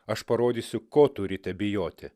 aš parodysiu ko turite bijoti